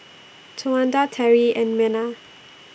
Towanda Teri and Mena